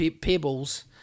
Pebbles